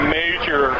major